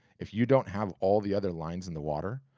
if you don't have all the other lines in the water,